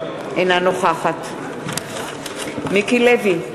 אינה נוכחת מיקי לוי,